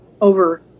over